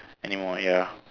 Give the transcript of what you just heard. anymore ya